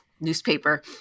newspaper